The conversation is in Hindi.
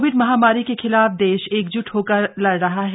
कोविड महामारी के खिलाफ देश एकज्ट होकर लड़ रहा है